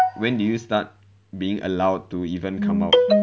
when did you start being allowed to even come out